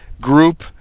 group